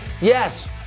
Yes